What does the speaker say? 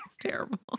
terrible